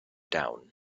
down